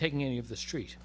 taking any of the street